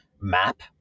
map